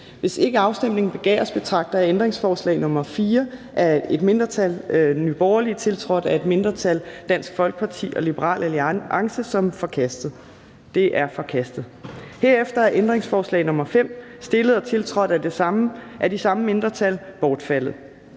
Hvis ikke afstemning begæres, betragter jeg ændringsforslag nr. 4 af et mindretal (NB), tiltrådt af et mindretal (DF og LA), som forkastet. Det er forkastet. Herefter er ændringsforslag nr. 5, stillet og tiltrådt af de samme mindretal, bortfaldet.